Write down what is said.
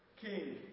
king